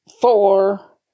four